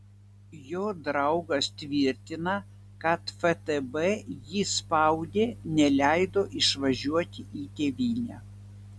jo draugas tvirtina kad ftb jį spaudė neleido išvažiuoti į tėvynę